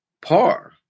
par